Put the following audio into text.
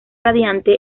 radiante